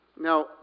Now